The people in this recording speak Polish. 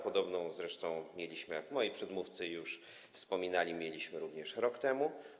Podobną zresztą mieliśmy, jak moi przedmówcy już wspominali, również rok temu.